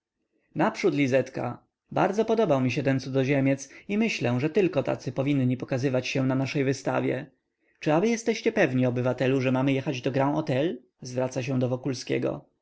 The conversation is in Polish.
naprzód lizetka bardzo podobał mi się ten cudzoziemiec i myślę że tylko tacy powinni pokazywać się na naszej wystawie czy aby jesteście pewni obywatelu że mamy jechać do grand htel zwraca się do wokulskiego